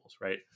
right